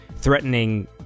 threatening